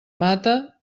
mata